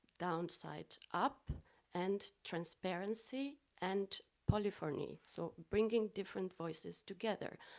downside up and transparency and polyphony. so, bringing different voices together.